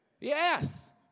Yes